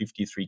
53